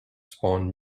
spawn